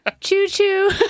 Choo-choo